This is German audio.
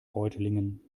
reutlingen